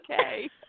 okay